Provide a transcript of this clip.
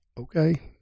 okay